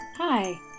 Hi